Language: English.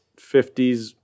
50s